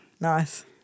Nice